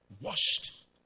washed